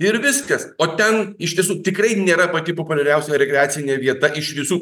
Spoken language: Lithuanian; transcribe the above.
ir viskas o ten iš tiesų tikrai nėra pati populiariausia rekreacinė vieta iš visų